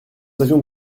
avons